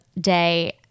day